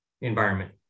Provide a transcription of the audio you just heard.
Environment